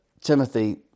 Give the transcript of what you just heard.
timothy